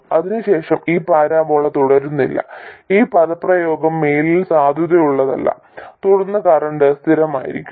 അതിനുശേഷം ഈ പരാബോള തുടരുന്നില്ല ഈ പദപ്രയോഗം മേലിൽ സാധുതയുള്ളതല്ല തുടർന്ന് കറന്റ് സ്ഥിരമായിരിക്കും